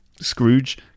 Scrooge